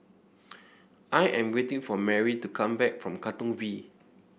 I am waiting for Merry to come back from Katong V